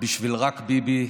בשביל "רק ביבי"